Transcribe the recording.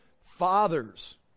fathers